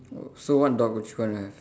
oh so what dog would you gonna